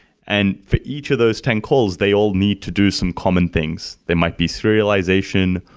and for each of those ten calls, they all need to do some common things. they might be serialization,